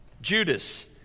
Judas